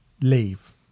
leave